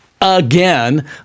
again